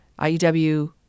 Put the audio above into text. IEW